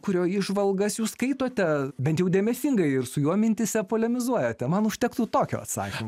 kurio įžvalgas jūs skaitote bent jau dėmesingai ir su juo mintyse polemizuojate man užtektų tokio atsakymo